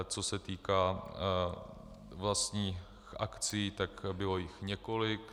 Co se týká vlastních akcí, bylo jich několik.